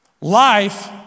Life